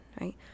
right